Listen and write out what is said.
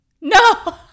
No